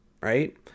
right